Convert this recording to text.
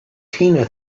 tina